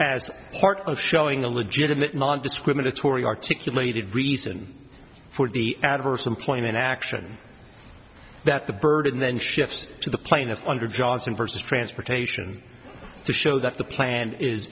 as part of showing a legitimate nondiscriminatory articulated reason for the adverse employment action that the burden then shifts to the plaintiff under johnson versus transportation to show that the plan is